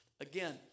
Again